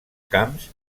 camps